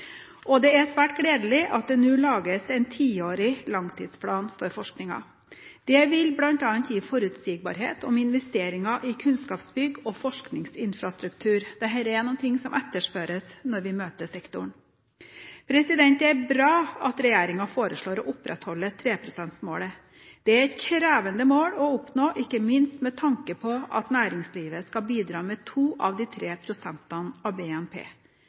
Og det er svært gledelig at det nå lages en tiårig langtidsplan for forskningen. Det vil bl.a. gi forutsigbarhet om investeringer i kunnskapsbygg og forskningsinfrastruktur, og dette er noe som etterspørres når vi møter sektoren. Det er bra at regjeringen foreslår å opprettholde 3 pst.-målet. Det er et krevende mål å oppnå, ikke minst med tanke på at næringslivet skal bidra med 2 av de 3 prosentene av BNP.